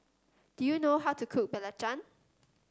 do you know how to cook Belacan